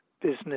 business